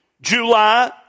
July